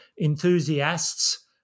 enthusiasts